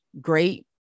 great